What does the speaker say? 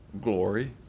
glory